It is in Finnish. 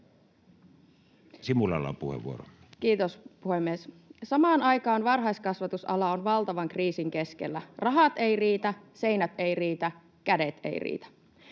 Samaan aikaan... Kiitos, puhemies! — Samaan aikaan varhaiskasvatusala on valtavan kriisin keskellä. Rahat eivät riitä, seinät eivät riitä, kädet eivät riitä.